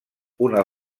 una